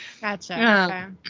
Gotcha